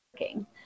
working